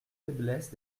faiblesse